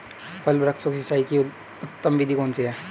फल वृक्षों की सिंचाई की उत्तम विधि कौन सी है?